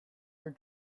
your